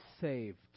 saved